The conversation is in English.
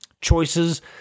Choices